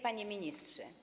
Panie Ministrze!